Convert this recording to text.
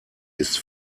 ist